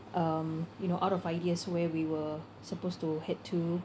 um you know out of ideas where we were supposed to head to